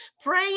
Pray